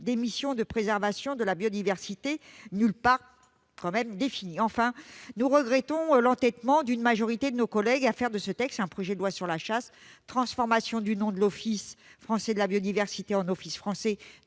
des missions de préservation de la biodiversité, qui ne sont nulle part définies. Enfin, nous regrettons l'entêtement d'une majorité de nos collègues à faire de ce texte un projet de loi sur la chasse : transformation de l'Office français de la biodiversité en Office français